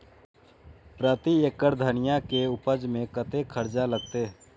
प्रति एकड़ धनिया के उपज में कतेक खर्चा लगते?